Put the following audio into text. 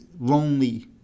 lonely